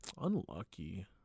unlucky